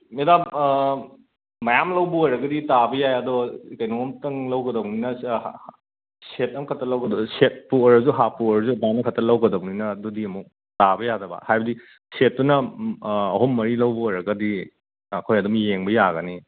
madam ꯃꯌꯥꯝ ꯂꯧꯕ ꯑꯣꯏꯔꯒꯗꯤ ꯇꯥꯕ ꯌꯥꯏ ꯑꯗꯣ ꯀꯩꯅꯣꯝꯇꯪ ꯂꯧꯒꯗꯧꯕꯅꯤꯅ ꯁꯦꯠ ꯑꯃꯈꯛꯇꯪ ꯂꯧꯒꯗꯧꯕꯅꯤꯅ ꯁꯦꯠꯄꯨ ꯑꯣꯏꯔꯖꯨ ꯍꯥꯞꯄꯨ ꯑꯣꯏꯔꯖꯨ ꯑꯗꯨꯃꯥꯏꯈꯛꯇ ꯂꯧꯒꯗꯧꯕꯅꯤꯅ ꯑꯗꯨꯗꯤ ꯑꯃꯨꯛ ꯇꯥꯕ ꯌꯥꯗꯕ ꯍꯥꯏꯕꯗꯤ ꯁꯦꯠꯇꯨꯅ ꯑꯍꯨꯝ ꯃꯔꯤ ꯂꯧꯕ ꯑꯣꯏꯔꯒꯗꯤ ꯑꯩꯈꯣꯏ ꯑꯗꯨꯝ ꯌꯦꯡꯕ ꯌꯥꯒꯅꯤ